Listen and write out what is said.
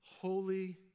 holy